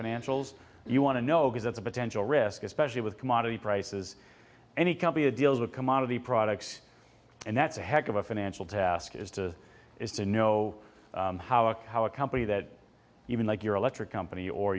financials you want to know because that's a potential risk especially with commodity prices any company that deals with commodity products and that's a heck of a financial task is to is to know how a how a company that even like your electric company or